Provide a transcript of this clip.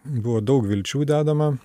buvo daug vilčių dedama